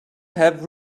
have